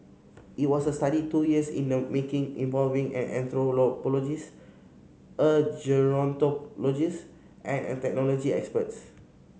it was a study two years in the making involving an anthropologist a gerontologist and a technology experts